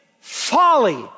folly